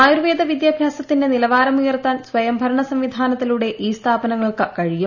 ആയുർവേദ വിദ്യാഭ്യാസത്തിന്റെ നിലവാരമുയർത്താൻ സ്വയംഭരണ സംവിധാനത്തിലൂടെ ഈ സ്ഥാപനങ്ങൾക്ക് കഴിയും